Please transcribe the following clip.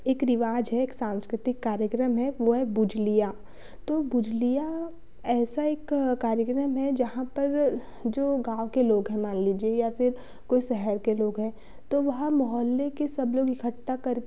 एक रिवाज़ है एक सांस्कृतिक कार्यक्रम है वह है भुझलिया तो भुझलिया ऐसा एक कार्यक्रम है जहाँ पर जो गाँव के लोग हैं मान लीजिए या फिर कोई शहर के लोग है तो वह मोहल्ले के सब लोग इकठ्ठा कर